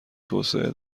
توسعه